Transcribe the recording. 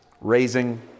Raising